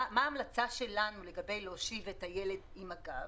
ההמלצה שלנו לגבי הושבת הילד עם הגב,